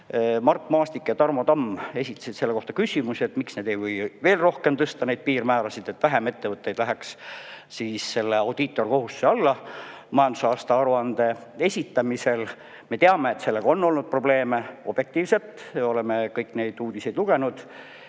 Mart Maastik ja Tarmo Tamm esitasid selle kohta küsimusi, et miks neid ei või veel rohkem tõsta, neid piirmäärasid, et vähem ettevõtteid läheks selle audiitorkohustuse alla majandusaasta aruande esitamisel. Me teame, et sellega on olnud probleeme, objektiivselt, oleme kõik neid uudiseid lugenud.